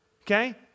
Okay